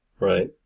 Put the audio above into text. right